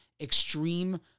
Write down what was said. extreme